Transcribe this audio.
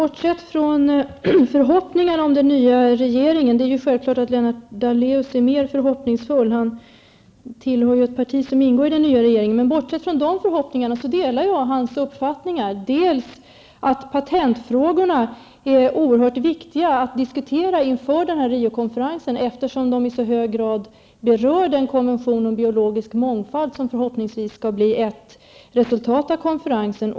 Herr talman! Det är självklart att Lennart Daléus är mer förhoppningsfull än jag. Han tillhör ju ett parti som är med i den nya regeringen. Bortsett från detta delar jag hans förhoppningar. Patentfrågorna är oerhört viktiga att diskutera inför Riokonferensen, eftersom de i så hög grad berör den konvention om biologisk mångfald som förhoppningsvis skall bli ett resultat av konferensen.